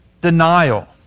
denial